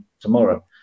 tomorrow